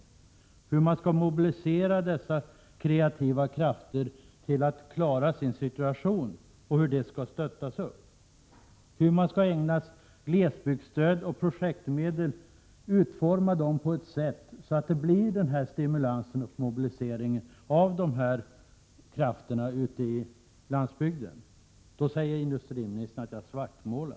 Jag talar om hur man skall mobilisera dessa kreativa krafter till att klara sin situation och hur de skall stöttas. Jag talar om hur glesbygdsstöd och projektmedel skall utformas för att denna stimulans och mobilisering av krafterna på landsbygden skall uppnås. Då säger industriministern att jag svartmålar.